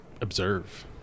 observe